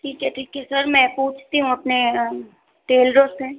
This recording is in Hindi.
ठीक है ठीक है सर मैं पूछती हूँ अपने टेलरों से